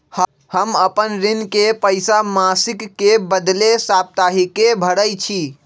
हम अपन ऋण के पइसा मासिक के बदले साप्ताहिके भरई छी